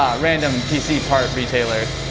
um random pc part retailer,